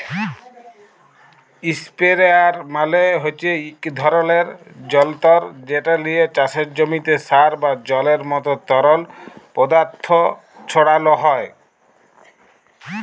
ইসপেরেয়ার মালে হছে ইক ধরলের জলতর্ যেট লিয়ে চাষের জমিতে সার বা জলের মতো তরল পদাথথ ছড়ালো হয়